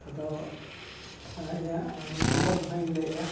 ᱟᱫᱚ ᱤᱧᱟᱹᱜ ᱱᱟᱢᱵᱟᱨ ᱫᱚ ᱦᱟᱸᱜ ᱤᱧ ᱞᱟᱹᱭᱮᱜᱼᱟ